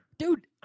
Dude